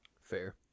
Fair